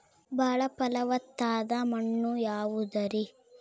ಬಾಳ ಫಲವತ್ತಾದ ಮಣ್ಣು ಯಾವುದರಿ?